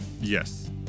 Yes